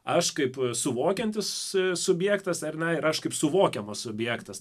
aš kaip suvokiantis subjektas ar ne ir aš kaip suvokiamas subjektas